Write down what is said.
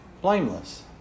Blameless